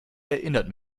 erinnert